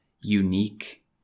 unique